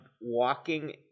walking